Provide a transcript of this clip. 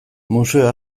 museo